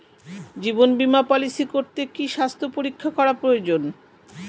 জীবন বীমা পলিসি করতে কি স্বাস্থ্য পরীক্ষা করা প্রয়োজন?